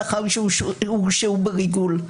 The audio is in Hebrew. לאחר שהורשעו בריגול.